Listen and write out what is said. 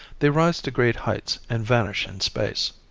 they rise to great heights and vanish in space.